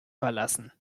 verlassen